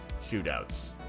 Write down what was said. Shootouts